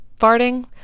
farting